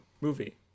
movie